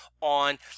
on